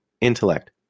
Intellect